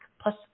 plus